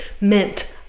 meant